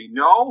no